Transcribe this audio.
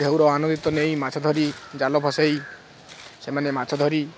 ଢ଼େଉର ଆନନ୍ଦିତ ନେଇ ମାଛ ଧରି ଜାଲ ବସେଇ ସେମାନେ ମାଛ ଧରି